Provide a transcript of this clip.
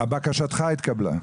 בקשתך התקבלה.